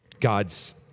God's